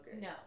No